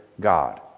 God